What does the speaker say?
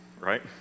right